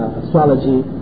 astrology